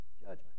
judgment